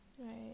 Right